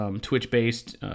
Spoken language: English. Twitch-based